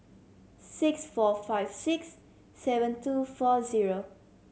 six four five six seven two four zero